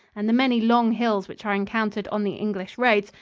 and the many long hills which are encountered on the english roads,